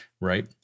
right